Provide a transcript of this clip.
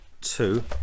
two